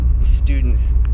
students